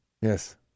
Yes